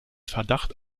verdacht